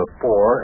four